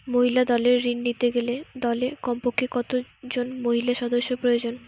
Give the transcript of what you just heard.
মহিলা দলের ঋণ নিতে গেলে দলে কমপক্ষে কত জন মহিলা সদস্য প্রয়োজন?